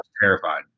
terrified